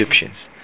Egyptians